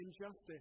injustice